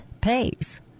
pays